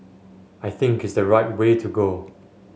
I think it's the right way to go